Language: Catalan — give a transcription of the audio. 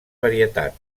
varietat